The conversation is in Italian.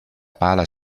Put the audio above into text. pala